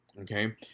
Okay